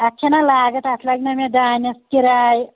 اَتھ چھَنا لاگتھ اَتھ لَگہِ نا مےٚ دانٮ۪س کِراے